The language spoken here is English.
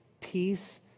peace